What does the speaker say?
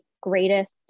Greatest